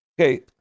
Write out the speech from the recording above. Okay